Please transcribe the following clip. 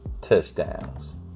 touchdowns